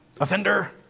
Offender